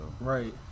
Right